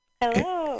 Hello